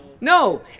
No